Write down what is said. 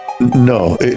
No